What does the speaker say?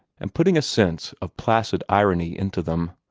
and putting a sense of placid irony into them.